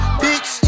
bitch